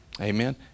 Amen